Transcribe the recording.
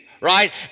right